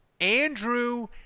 Andrew